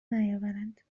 نیاورند